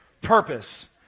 purpose